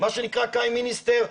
מה שנקרא קריים מיניסטר,